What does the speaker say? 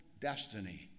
destiny